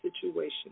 situation